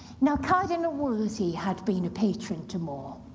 now cardinal wolsey had been a patron to more,